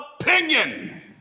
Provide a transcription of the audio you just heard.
opinion